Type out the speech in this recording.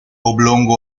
oblongo